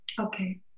Okay